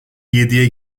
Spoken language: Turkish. yediye